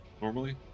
normally